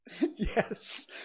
Yes